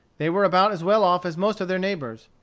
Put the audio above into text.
they were about as well off as most of their neighbors.